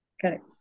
Correct